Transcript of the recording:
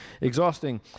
exhausting